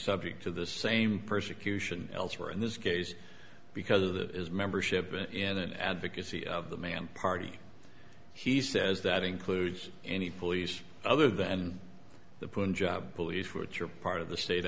subject to the same persecution elsewhere in this case because of that is membership in an advocacy of the man party he says that includes any police other than the punjab police which are part of the state